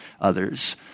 others